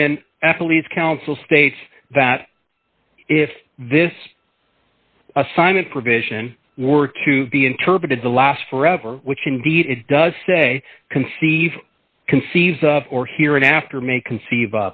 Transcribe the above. when athletes counsel states that if this assignment provision were to be interpreted to last forever which indeed it does say conceive conceived of or here and after may conceive